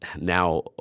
now